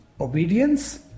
obedience